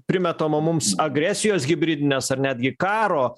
primetamo mums agresijos hibridinės ar netgi karo